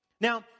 Now